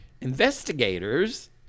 investigators